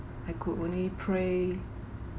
I could only pray